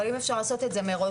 אבל אם אפשר לעשות את זה מראש,